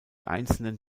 einzelnen